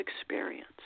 experience